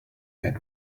had